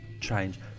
change